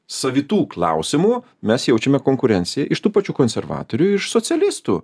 savitų klausimų mes jaučiame konkurenciją iš tų pačių konservatorių iš socialistų